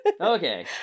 Okay